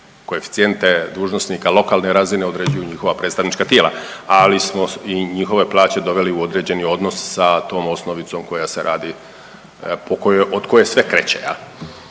Koeficijente dužnosnika lokalne razine određuju njihova predstavnička tijela, ali smo i njihove plaće doveli u određeni odnos sa tom osnovicom koja se radi, po kojoj, od koje sve kreće,